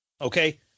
Okay